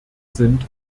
sind